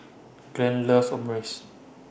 Glen loves Omurice